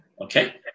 Okay